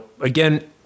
again